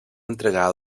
entregar